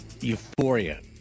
euphoria